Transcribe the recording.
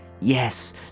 Yes